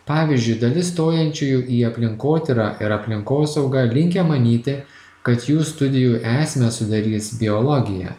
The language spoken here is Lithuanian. pavyzdžiui dalis stojančiųjų į aplinkotyrą ir aplinkosaugą linkę manyti kad jų studijų esmę sudarys biologija